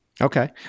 okay